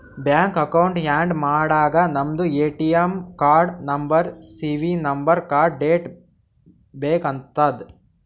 bank account add ಮಾಡಾಗ ನಮ್ದು ATM ಕಾರ್ಡ್ದು ನಂಬರ್ ಸಿ.ವಿ ನಂಬರ್ ಕಾರ್ಡ್ದು ಡೇಟ್ ಬೇಕ್ ಆತದ್